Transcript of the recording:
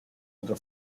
otro